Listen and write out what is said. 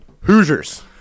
Hoosiers